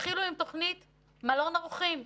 התחילו עם תוכנית "מלון אורחים",